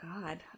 God